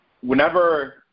whenever –